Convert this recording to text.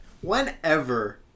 Whenever